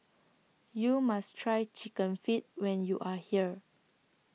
YOU must Try Chicken Feet when YOU Are here